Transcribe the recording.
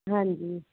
ਹਾਂਜੀ